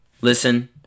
listen